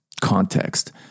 context